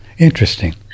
Interesting